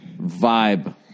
vibe